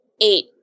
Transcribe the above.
eight